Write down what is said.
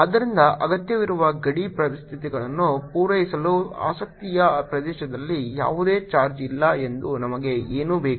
ಆದ್ದರಿಂದ ಅಗತ್ಯವಿರುವ ಗಡಿ ಪರಿಸ್ಥಿತಿಗಳನ್ನು ಪೂರೈಸಲು ಆಸಕ್ತಿಯ ಪ್ರದೇಶದಲ್ಲಿ ಯಾವುದೇ ಚಾರ್ಜ್ ಇಲ್ಲ ಎಂದು ನಮಗೆ ಏನು ಬೇಕು